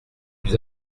plus